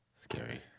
Scary